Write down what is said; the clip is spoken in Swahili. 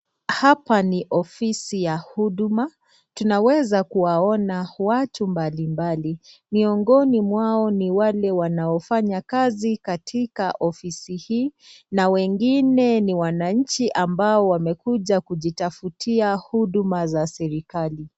Hapa ni ofisi ya huduma. Tunaweza kuwaona watu mbalimbali, miongoni mwao ni wale wanaofanya kazi katika ofisi hii na wengine ni wananchi ambao wamekuja kujitafutia huduma za serikali.